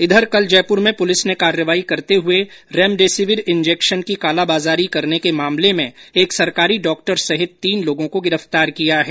इधर कल जयपुर में पुलिस ने कार्रवाई करते हए रेमडेसिविर इंजेक्शन की कालाबाजारी करने के मामले में एक सरकारी डॉक्टर सहित तीन लोगों को गिरफ्तार किया है